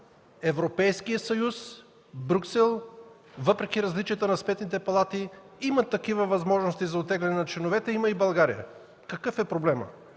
Европейския съюз, Брюксел, въпреки различията на сметните палати, има такива възможности за оттегляне на членовете. Има и в България. Какъв е проблемът?